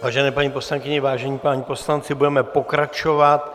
Vážené paní poslankyně, vážení páni poslanci, budeme pokračovat.